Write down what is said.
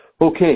Okay